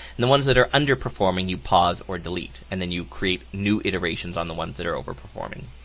and the ones that are underperforming you pause or delete, and then you create new iterations on the ones that are overperforming.